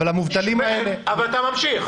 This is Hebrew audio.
אבל המובטלים האלה --- אבל אתה ממשיך.